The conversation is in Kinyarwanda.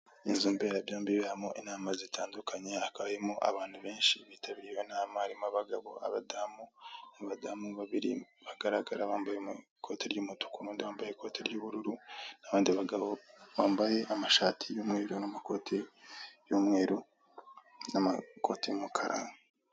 Inzu mberabyombi iberamo inama zitandukanye, hicayemo abantu benshi bitabiriye inama. Ari: abagabo, n'abadamu. Abadamu babiri bagaragara bambaye ikoti ry'umutuku, n'undi wambaye ikoti ry'ubururu, n'abandi bagabo bambaye amashati y 'umweru, n'amakoti y'umweru, n'amakoti yumukara.